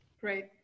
Great